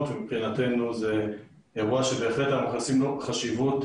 ומבחינתנו זה אירוע שבהחלט אנחנו מייחסים לו חשיבות